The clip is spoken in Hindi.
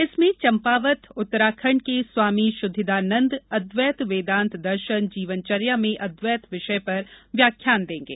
इसमें चम्पावत उत्तराखंड के स्वामी शुद्धिदानंद जी अद्दैत वेदांत दर्शन जीवन चर्या में अद्दैत विषय पर व्याख्यान देंगे